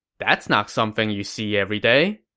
that's not something you see every day.